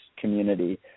community